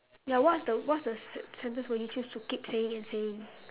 ya what's the what's the sen~ sentence would you choose to keep saying and saying